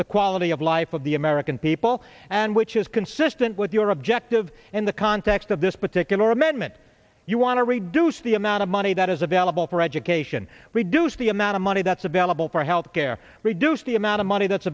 the quality of life of the american people and which is consistent with your objective in the context of this particular amendment you want to reduce the amount of money that is available for education reduce the amount of money that's available for health care reduce the amount of money that's